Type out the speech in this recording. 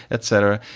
et cetera.